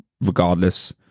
regardless